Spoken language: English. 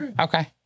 Okay